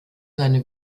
seine